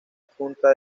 adjunta